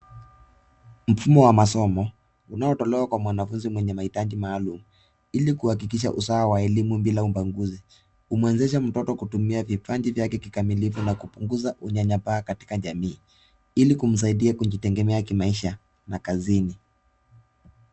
Mfumo wa masomo unaotolewa kwa mwanafunzi mwenye mahitaji maalum, ili kuhakikisha usawa wa elimu bila ubaguzi umewezesha mtoto kutumia vipaji vyake kikamilifu na kupunguza unyanyapaa katika jamii ili kumsaidia kujitegemea kimaisha na kazini.